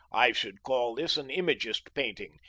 i should call this an imagist painting,